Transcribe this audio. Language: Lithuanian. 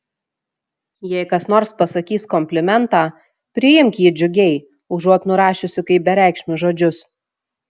jei kas nors pasakys komplimentą priimk jį džiugiai užuot nurašiusi kaip bereikšmius žodžius